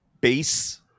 base